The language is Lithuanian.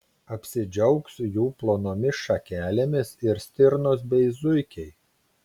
apsidžiaugs jų plonomis šakelėmis ir stirnos bei zuikiai